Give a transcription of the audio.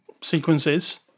sequences